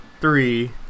Three